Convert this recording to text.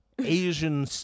Asian